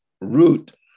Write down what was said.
root